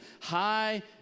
high